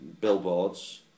billboards